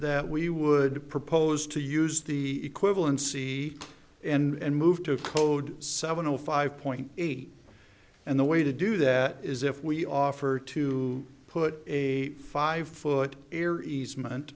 that we would propose to use the equivalency and move to code seven o five point eight and the way to do that is if we offer to put a five foot air easement